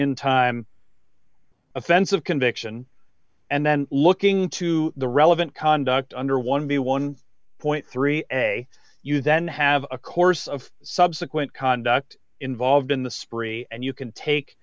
in time offense of conviction and then looking to the relevant conduct under one b one point three a you then have a course of subsequent conduct involved in the spree and you can take